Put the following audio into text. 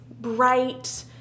bright